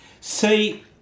See